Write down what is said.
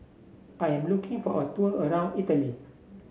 I am looking for a tour around Italy